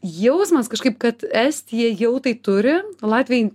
jausmas kažkaip kad estija jau tai turi latviai